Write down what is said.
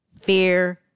fear